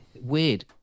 Weird